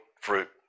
fruit